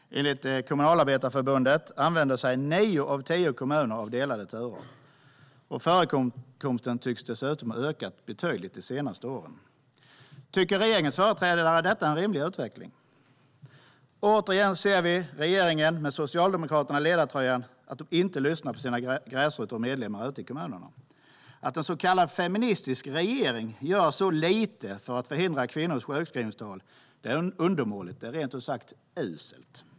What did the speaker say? Enligt Kommunalarbetareförbundet använder sig nio av tio kommuner av delade turer. Förekomsten tycks dessutom ha ökat betydligt under de senaste åren. Tycker regeringens företrädare att detta är en rimlig utveckling? Återigen ser vi att regeringen med Socialdemokraterna i ledartröjan inte lyssnar på sina gräsrötter och medlemmar ute i kommunerna. Att en så kallad feministisk regering gör så lite för att förhindra kvinnors sjukskrivningstal, det är undermåligt. Det är rent ut sagt uselt.